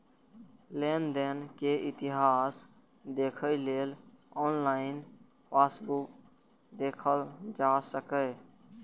लेनदेन के इतिहास देखै लेल ऑनलाइन पासबुक देखल जा सकैए